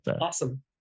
Awesome